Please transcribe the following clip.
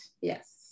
Yes